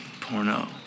porno